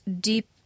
deep